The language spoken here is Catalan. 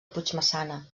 puigmaçana